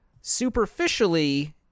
superficially